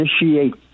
initiate